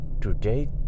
today